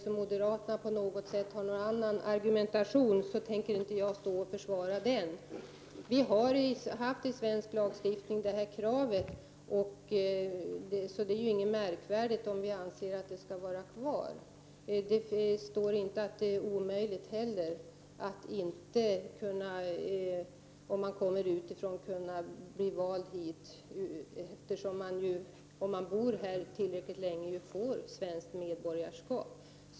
Om moderaterna har någon annan argumentering så tänker jag inte stå och försvara den. Vi har haft det här kravet i svensk lagstiftning, så det är inte märkvärdigt om vi anser att det skall vara kvar. Det står inte heller att det är omöjligt att bli vald här om man kommer utifrån. Bor man här tillräckligt länge så får man svenskt medborgarskap.